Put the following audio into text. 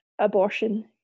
abortion